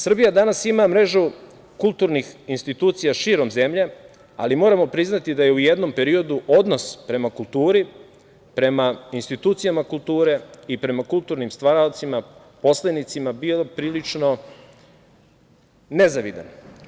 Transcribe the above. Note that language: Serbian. Srbija danas ima mrežu kulturnih institucija širom zemlje, ali moramo priznati da je u jednom periodu odnos prema kulturi, prema institucijama kulture i prema kulturnim stvaraocima, poslenicima bio prilično nezavidan.